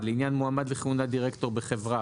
(1) לעניין מועמד לכהונה דירקטור בחברה,